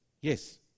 Yes